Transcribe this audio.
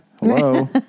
Hello